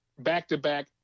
back-to-back